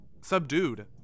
subdued